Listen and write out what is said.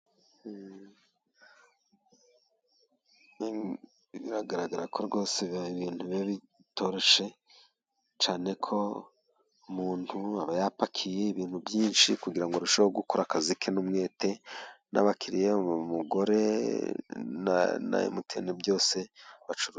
Huuu! Biragaragara ko rwose ibintu biba bitoroshye ,cyane ko umuntu aba yapakiye ibintu byinshi kugira ngo arusheho gukora akazi ke n'umwete n'abakiriya ,umugore na MTN byose bacuru....